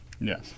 Yes